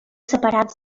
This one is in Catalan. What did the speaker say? separats